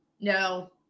No